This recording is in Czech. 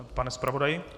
Pane zpravodaji?